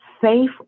safe